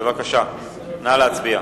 בבקשה, נא להצביע.